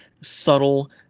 subtle